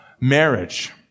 marriage